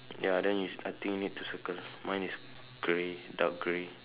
ya then you I think you need to circle mine is grey dark grey